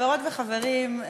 חברות וחברים,